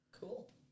Cool